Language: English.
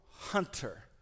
Hunter